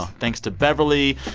thanks to beverley.